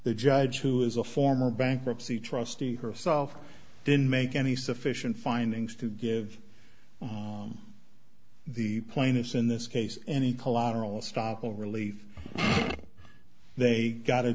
the judge who is a former bankruptcy trustee herself didn't make any sufficient findings to give the plaintiffs in this case any collateral estoppel relief they got a